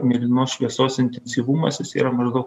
mėlynos šviesos intensyvumas jis yra maždaug